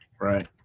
Right